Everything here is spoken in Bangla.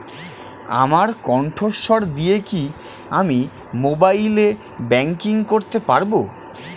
আমার কন্ঠস্বর দিয়ে কি আমি মোবাইলে ব্যাংকিং করতে পারবো?